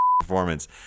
performance—